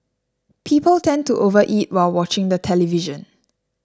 people tend to overeat while watching the television